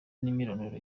n’imyirondoro